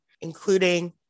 including